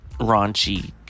raunchy